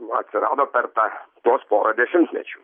atsirado per tą tuos porą dešimtmečių